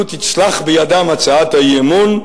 לו תצלח בידם הצעת האי-אמון,